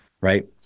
right